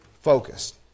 focused